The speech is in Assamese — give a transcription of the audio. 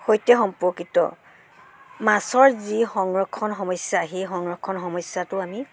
সৈতে সম্পৰ্কিত মাছৰ যি সংৰক্ষণ সমস্যা সেই সংৰক্ষণ সমস্যাটো আমি